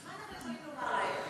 אז מה אנחנו יכולים לומר להם?